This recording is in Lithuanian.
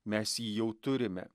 mes jį jau turime